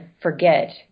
forget